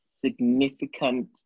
significant